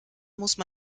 musste